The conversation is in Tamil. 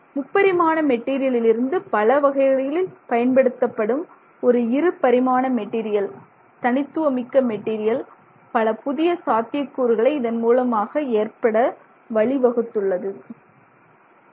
முப்பரிமாண மெட்டீரியலிலிருந்து பலவகைகளில் பயன்படுத்தப்படும் ஒரு இரு பரிமாண மெட்டீரியல் தனித்துவமிக்க மெட்டீரியல் பல புதிய சாத்தியக்கூறுகளை இதன் மூலமாக ஏற்பட வழிவகுத்துள்ளது